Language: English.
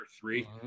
three